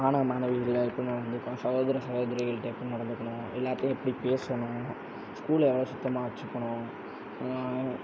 மாணவ மாணவிகளை எப்பிடி நடந்துக்கணும் சகோதர சகோதரிகள்கிட்ட எப்படி நடந்துக்கணும் எல்லாருட்டையும் எப்படி பேசணும் ஸ்கூலில் எவ்வளோ சுத்தமாக வைச்சுக்கணும்